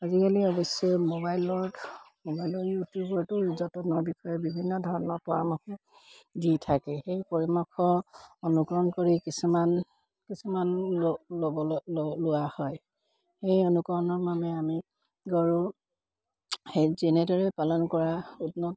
আজিকালি অৱশ্যে মোবাইলত মোবাইলৰ ইউটিউবতো যতনৰ বিষয়ে বিভিন্ন ধৰণৰ পৰামৰ্শ দি থাকে সেই পৰামৰ্শ অনুকৰৰণ কৰি কিছুমান কিছুমান ল'ব লোৱা হয় সেই অনুকৰণৰ বাবে আমি গৰু সেই যেনেদৰে পালন কৰা উন্নত